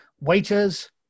Waiters